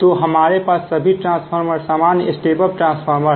तो हमारे पास सभी ट्रांसफार्मर सामान्य स्टेप अप ट्रांसफार्मर है